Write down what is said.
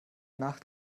nacht